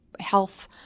health